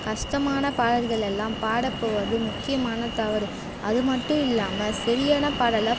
கஷ்டமான பாடல்கள் எல்லாம் பாடப் போவது முக்கியமான தவறு அது மட்டும் இல்லாமல் சரியான பாடலை